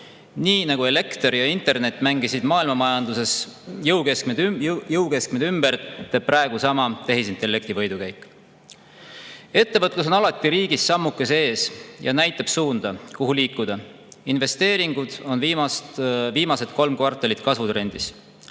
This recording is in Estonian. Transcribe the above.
Nii nagu elekter ja internet mängisid maailma majanduses jõukeskmed ümber, teeb praegu sama tehisintellekti võidukäik. Ettevõtlus on alati riigist sammukese ees ja näitab suunda, kuhu liikuda. Investeeringud on viimased kolm kvartalit kasvutrendis.